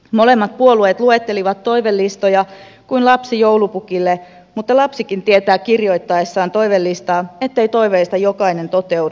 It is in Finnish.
molemmat puolueet luettelivat toivelistoja kuin lapsi joulupukille mutta lapsikin tietää kirjoittaessaan toivelistaa ettei jokainen toiveista toteudu